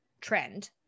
trend